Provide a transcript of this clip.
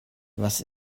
was